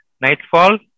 nightfall